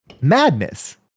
madness